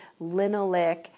linoleic